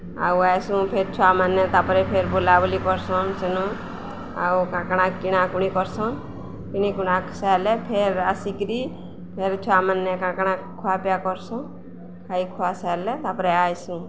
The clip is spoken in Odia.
ଆଉ ଆଏସୁଁ ଫେର୍ ଛୁଆମାନେ ତା'ପରେ ଫେର୍ ବୁଲାବୁଲି କର୍ସନ୍ ସେନୁ ଆଉ କାକାଣା କିଣାକୁୁଣି କର୍ସନ୍ କିଣି କୁଣା ସାଏଲେ ଫେର୍ ଆସିକିରି ଫେର୍ ଛୁଆମାନେ କାକାଣା ଖୁଆ ପିଆ କର୍ସନ୍ ଖାଇ ଖୁଆ ସାଏଲେ ତା'ପରେ ଆଏସୁଁ